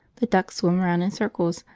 the ducks swim round in circles,